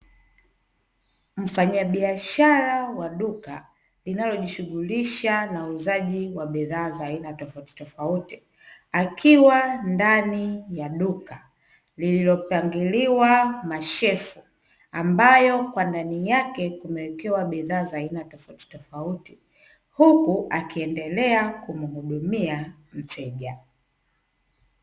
Mfanyabiashara wa duka linalojishughulisha na uuzaji wa bidhaa za aina tofautitofauti akiwa ndani ya duka lililopangiliwa mashelfu, ambayo kwa ndani yake kumewekewa bidhaa za aina tofauti tofauti huku akiendelea kumhudumia mteja.